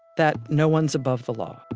that no one's above the law.